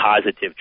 positive